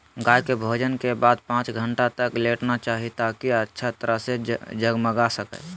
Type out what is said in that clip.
गाय के भोजन के बाद पांच घंटा तक लेटना चाहि, ताकि अच्छा तरह से जगमगा सकै